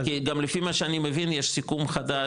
כי גם לפי מה שאני מבין, יש סיכום חדש.